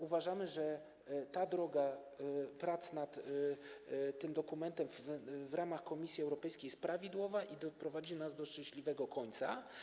Uważamy, że ta droga prac nad tym dokumentem w ramach Komisji Europejskiej jest prawidłowa i doprowadzi nas do szczęśliwego końca.